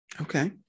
Okay